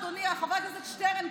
אדוני חבר הכנסת שטרן,